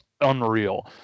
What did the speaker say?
unreal